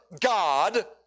God